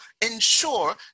ensure